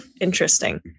interesting